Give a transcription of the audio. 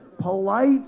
polite